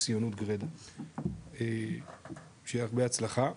ציונות גרדה, שיהיה הרבה הצלחה.